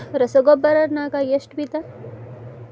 ರಸಗೊಬ್ಬರ ನಾಗ್ ಎಷ್ಟು ವಿಧ?